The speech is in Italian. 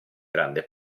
grande